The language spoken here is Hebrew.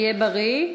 תהיה בריא.